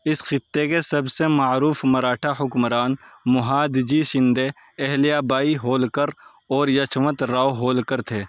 اس خطے کے سب سے معروف مراٹھا حکمران مہادجی شندے اہلیا بائی ہولکر اور یشونت راؤ ہولکر تھے